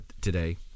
today